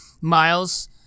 Miles